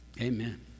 Amen